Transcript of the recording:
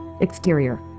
exterior